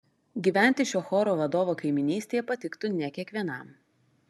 gyventi šio choro vadovo kaimynystėje patiktų ne kiekvienam